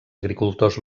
agricultors